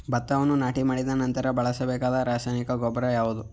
ಭತ್ತವನ್ನು ನಾಟಿ ಮಾಡಿದ ನಂತರ ಬಳಸಬೇಕಾದ ರಾಸಾಯನಿಕ ಗೊಬ್ಬರ ಯಾವುದು?